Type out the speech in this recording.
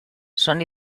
són